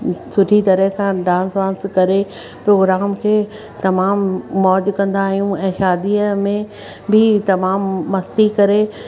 सुठी तरह सां डांस वांस करे प्रोग्राम खे तमामु मौज कंदा आहियूं ऐं शादीअ में बि तमामु मस्ती करे